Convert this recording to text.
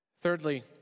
Thirdly